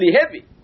heavy